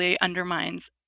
undermines